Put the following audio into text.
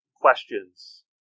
questions